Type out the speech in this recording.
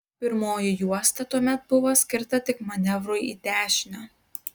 pirmoji juosta tuomet buvo skirta tik manevrui į dešinę